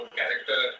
character